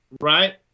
right